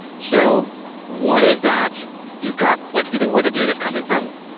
so one is that you've got like if you think where the data is coming from,